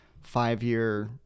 five-year